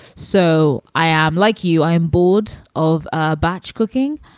so i am like you. i am bored of ah batch cooking,